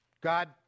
God